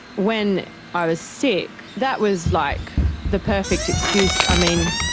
when i was sick, that was like the perfect excuse, i mean,